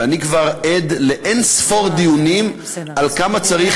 ואני כבר עד לאין-ספור דיונים על כמה צריך